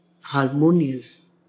harmonious